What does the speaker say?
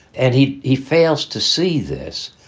and he he fails to see this.